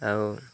ଆଉ